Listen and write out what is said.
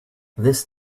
this